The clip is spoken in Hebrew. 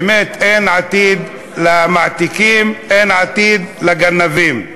באמת אין עתיד למעתיקים, אין עתיד לגנבים.